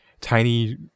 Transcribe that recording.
tiny